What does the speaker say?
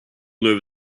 over